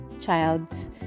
child's